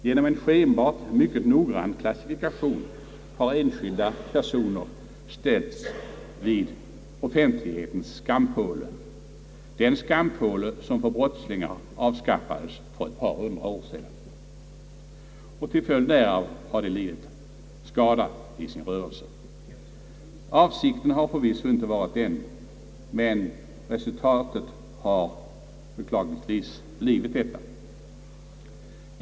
Genom en skenbart mycket noggrann klassifikation av tilllämpade utförsäljningspriser har enskilda personer ställts vid offentlighetens skampåle — den skampåle som för brottslingar avskaffades för ett par hundra år sedan — och till följd därav lidit skada i sin rörelse. Avsikten har förvisso icke varit denna, men resultatet har blivit olyckligt för den enskilde.